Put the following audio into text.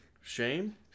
Shame